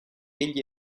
egli